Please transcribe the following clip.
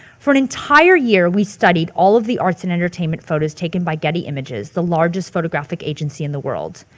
for an entire year we studied all of the arts and entertainment photos taken by getty images, the largest photographic agency in the world.